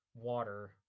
water